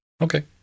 Okay